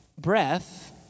breath